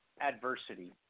adversity